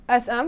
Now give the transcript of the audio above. SM